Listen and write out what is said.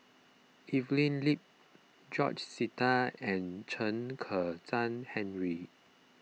Evelyn Lip George Sita and Chen Kezhan Henri